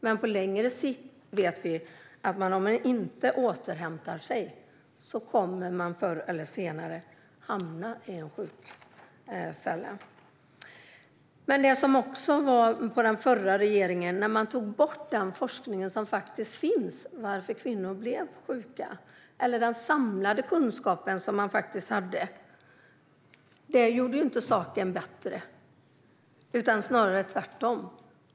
Men vi vet att om man inte återhämtar sig på längre sikt kommer man förr eller senare att hamna i en sjukfälla. Den förra regeringen drog in den forskning som fanns om varför kvinnor blir sjuka. Det fanns också en samlad kunskap på det området. Det gjorde ju inte saken bättre, snarare tvärtom.